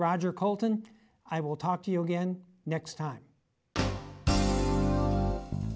roger colton i will talk to you again next time